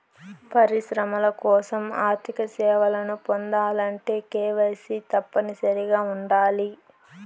పరిశ్రమల కోసం ఆర్థిక సేవలను పొందాలంటే కేవైసీ తప్పనిసరిగా ఉండాలి